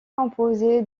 composé